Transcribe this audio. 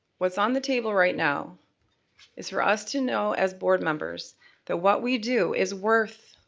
what's on the table right now is for us to know as board members that what we do is worth